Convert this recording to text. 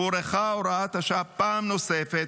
הוארכה הוראת השעה פעם נוספת,